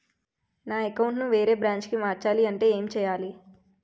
నా అకౌంట్ ను వేరే బ్రాంచ్ కి మార్చాలి అంటే ఎం చేయాలి?